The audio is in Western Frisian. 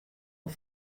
oer